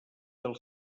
del